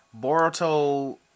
Boruto